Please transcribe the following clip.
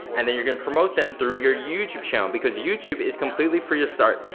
and then you're gonna promote them through your youtube channel because youtube is completely free to start.